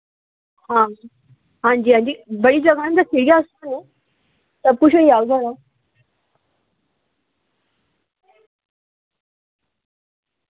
आं जी भैया जगह निं दस्सी ऐ ओह् कुसै गी निं जादी ऐ